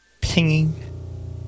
pinging